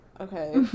Okay